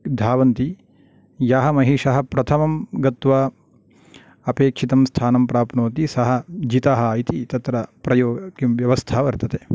धावन्ति यः महिषः प्रथमं गत्वा अपेक्षितं स्थानं प्राप्नोति सः जितः इति तत्र प्रयो किं व्यवस्था वर्तते